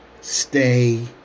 Stay